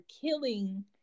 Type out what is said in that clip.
killing